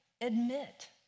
admit